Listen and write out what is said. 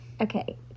okay